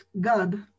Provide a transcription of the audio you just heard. God